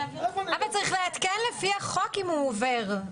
--- צריך לעדכן לפי החוק אם הוא עובר,